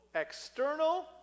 external